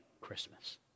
Christmas